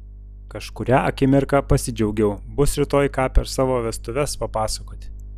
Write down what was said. kažkurią akimirką pasidžiaugiau bus rytoj ką per savo vestuves papasakoti